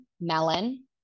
melon